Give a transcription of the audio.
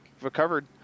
recovered